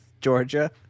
Georgia